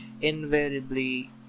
invariably